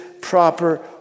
proper